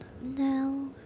No